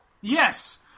Yes